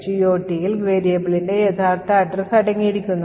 GOTയിൽ variablesൻറെ യഥാർത്ഥ addresses അടങ്ങിയിരിക്കുന്നു